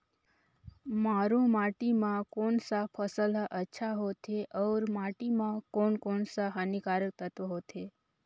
मारू माटी मां कोन सा फसल ह अच्छा होथे अउर माटी म कोन कोन स हानिकारक तत्व होथे?